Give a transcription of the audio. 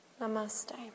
Namaste